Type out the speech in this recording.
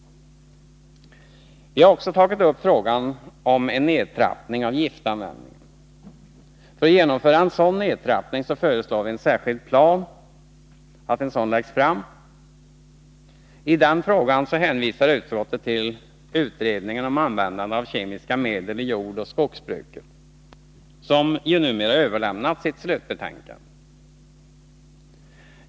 Vi har också tagit upp frågan om en nedtrappning av giftanvändningen. För att genomföra en sådan nedtrappning föreslår vi att en särskild plan läggs fram. I den frågan hänvisar utskottet till utredningen om användning av kemiska medel i jordoch skogsbruket, som ju numera överlämnat sitt slutbetänkande.